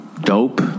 Dope